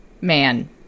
man